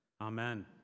Amen